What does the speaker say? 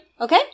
Okay